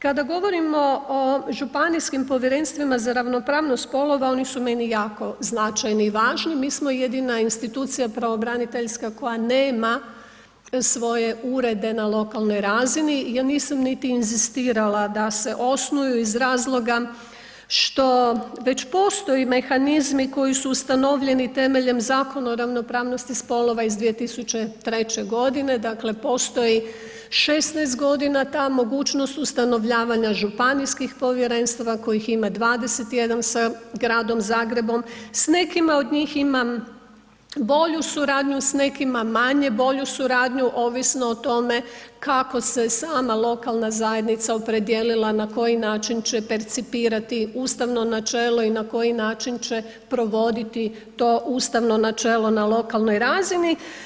Kada govorimo o županijskim povjerenstvima za ravnopravnost spolova, oni su meni jako značajni i važni, mi smo jedina institucija pravobraniteljska koja nema svoje urede na lokalnoj razini, ja nisam niti inzistirala da se osnuju iz razloga što već postoje mehanizmi koji su ustanovljeni temeljem Zakona o ravnopravnosti spolova iz 2003. g., dakle postoji 16 g. ta mogućnost ustanovljavanja županijskih povjerenstava kojih ima 21 sa gradom Zagrebom, s nekima od njih imam bolju suradnju, s nekima manje bolju suradnju, ovisno o tome kako se sama lokalna zajednica opredijelila na koji način će percipirati ustavno načelo i na koji način će provoditi to ustavno načelo na lokalnoj razini.